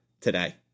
today